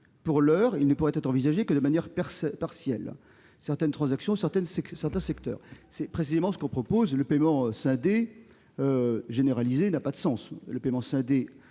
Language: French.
Pour l'heure, il ne pourrait être envisagé que de manière partielle (certaines transactions certains secteurs) ». C'est précisément ce qu'on propose ! Le paiement scindé généralisé n'a pas de sens ; le paiement scindé sur le commerce